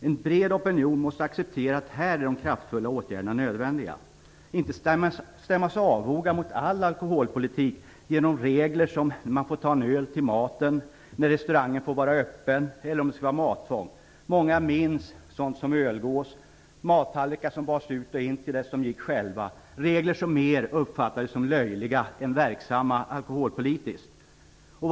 En bred opinion måste acceptera att de kraftfulla åtgärderna är nödvändiga här, inte stämmas avoga mot all alkoholpolitik genom regler som t.ex. om man får ta en öl till maten, när restaurangen får vara öppen eller om det skall vara mattvång. Många minns sådant som ölgås, mattallrikar som bars ut och in till dess de gick själva, regler som mer uppfattades som löjliga än alkoholpolitiskt verksamma.